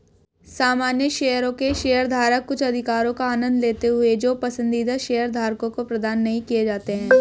सामान्य शेयरों के शेयरधारक कुछ अधिकारों का आनंद लेते हैं जो पसंदीदा शेयरधारकों को प्रदान नहीं किए जाते हैं